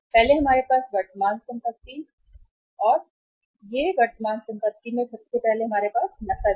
पहले हमारे पास है वर्तमान संपत्ति और ये संपत्ति वर्तमान संपत्ति हैं पहले नकद है